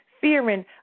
fearing